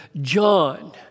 John